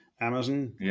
Amazon